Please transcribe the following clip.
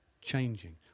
changing